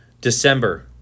December